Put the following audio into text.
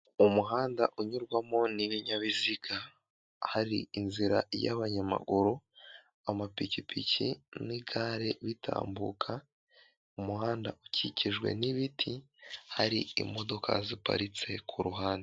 Umuhanda unyurwamo n'ibinyabiziga hari inzira y'abanyamaguru, amapikipiki n'igare bitambuka umuhanda ukikijwe n'ibiti hari imodoka ziparitse ku ruhande.